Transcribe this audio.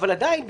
אבל עדיין,